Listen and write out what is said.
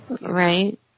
Right